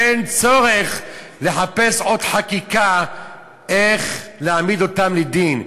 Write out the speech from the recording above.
אין צורך לחפש עוד חקיקה איך להעמיד אותם לדין,